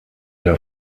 der